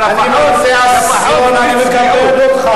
אבל לפחות בלי צביעות,